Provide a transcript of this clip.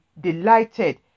delighted